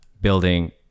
building